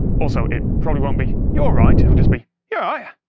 also, it probably won't be you alright, it'll just be yeah